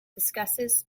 discusses